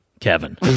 Kevin